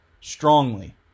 strongly